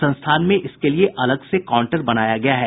संस्थान में इसके लिए अलग से काउंटर बनाया गया है